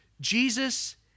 Jesus